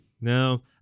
No